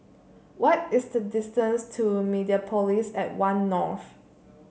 why is the distance to Mediapolis at One North